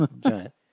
Giant